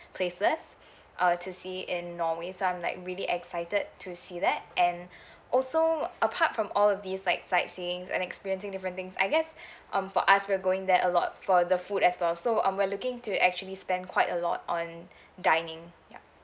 places uh to see in norway so I'm like really excited to see that and also apart from all these like sightseeing and experiencing different things I guess um for us we're going there a lot for the food as well so um we're looking to actually spend quite a lot on dining ya